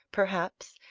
perhaps,